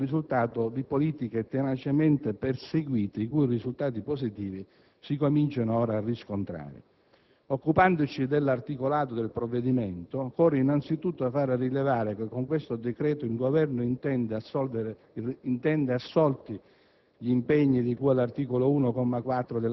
sono il risultato di politiche tenacemente perseguite, i cui risultati positivi si cominciano ora a riscontrare. Occupandoci dell'articolato del provvedimento, occorre innanzitutto far rilevare che con questo decreto il Governo intende assolti